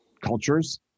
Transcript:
cultures